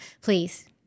please